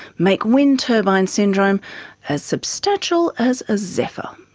make wind turbine syndrome as substantial as a zephyr.